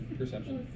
perception